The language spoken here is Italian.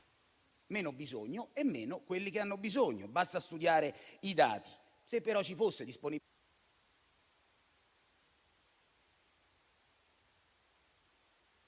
meno bisogno e meno quelli che hanno bisogno: basta studiare i dati.